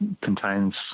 contains